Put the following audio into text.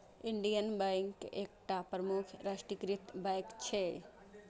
Indian bank एकटा प्रमुख राष्ट्रीयकृत बैंक छियै